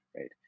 right